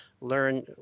learn